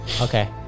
Okay